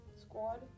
squad